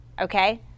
okay